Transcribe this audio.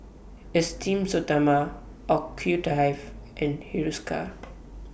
Esteem Stoma and Hiruscar